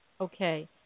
Okay